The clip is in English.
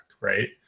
right